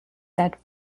that